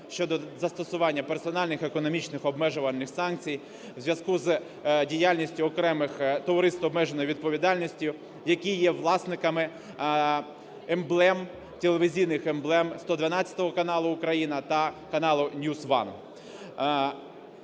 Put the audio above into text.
щодо застосування персональних економічних обмежувальних санкцій у зв'язку з діяльністю окремих товариств з обмеженою відповідальністю, які є власниками емблем, телевізійних емблем каналу "112 Україна" та каналу NewsOne.